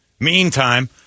Meantime